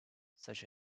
such